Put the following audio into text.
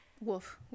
wolf